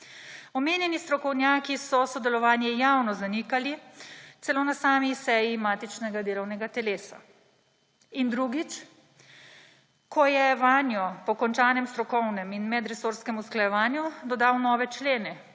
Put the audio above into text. Omenjeni strokovnjaki so sodelovanje javno zanikali celo na sami seji matičnega delovnega telesa. In drugič, ko je vanjo po končanem strokovnem in medresorskem usklajevanju dodal nove člene,